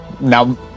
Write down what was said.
now